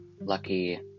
lucky